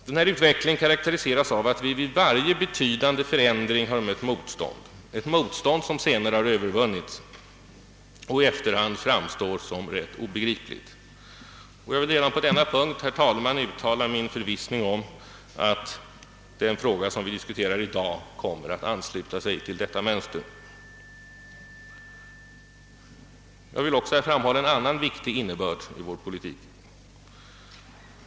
Denna utveckling karakteriseras av att vi vid varje betydande förändring mött motstånd, ett motstånd som senare övervunnits och som i efterhand framstått som rätt obegripligt. Jag vill redan på denna punkt uttala min förvissning om att den fråga vi diskuterar i dag kommer att ansluta sig till detta mönster. Jag vill också framhålla en annan viktig innebörd i vår politik.